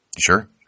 sure